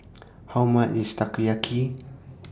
How much IS Takoyaki